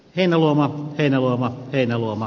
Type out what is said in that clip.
heinäluoma ei ne ovat heinäluoma